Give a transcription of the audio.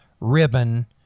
ribbon